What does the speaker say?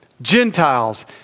Gentiles